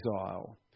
exile